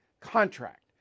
contract